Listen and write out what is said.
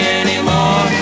anymore